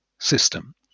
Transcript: System